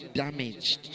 damaged